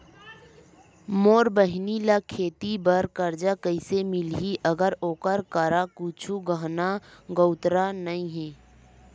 मोर बहिनी ला खेती बार कर्जा कइसे मिलहि, अगर ओकर करा कुछु गहना गउतरा नइ हे?